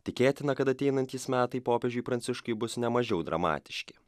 tikėtina kad ateinantys metai popiežiui pranciškui bus ne mažiau dramatiški